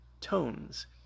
tones